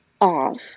off